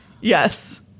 yes